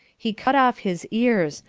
he cut off his ears,